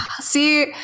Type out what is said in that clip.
see